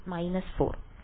വിദ്യാർത്ഥി 4